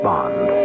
Bond